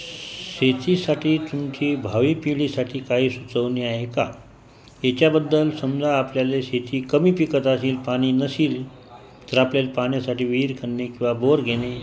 शेतीसाठी तुमची भावी पिढीसाठी काही सुचवणी आहे का याच्याबद्दल समजा आपल्याला शेती कमी पिकत असेल पाणी नसेल तर आपल्याला पाण्यासाठी विहीर खणणे किंवा बोअर घेणे